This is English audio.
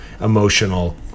emotional